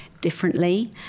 differently